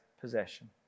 possession